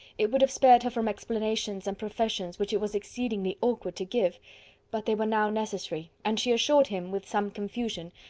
it would have spared her from explanations and professions which it was exceedingly awkward to give but they were now necessary, and she assured him, with some confusion,